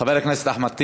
חבר הכנסת אחמד טיבי.